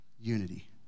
Unity